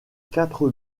quatre